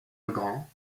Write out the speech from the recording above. legrand